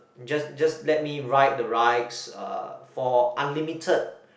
just just let me ride the rides uh for unlimited